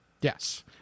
Yes